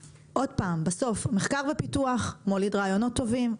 בסוף מחקר ופיתוח מוליד רעיונות טובים,